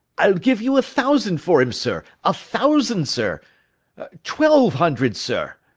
i'll give you a thousand for him, sir, a thousand, sir twelve hundred, sir.